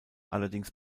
allerdings